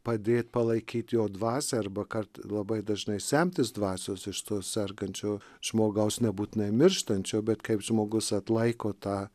padėt palaikyt jo dvasią arba kad labai dažnai semtis dvasios iš to sergančio žmogaus nebūtinai mirštančio bet kaip žmogus atlaiko tą